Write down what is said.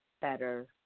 better